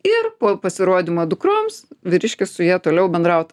ir po pasirodymo dukroms vyriškis su ja toliau bendraut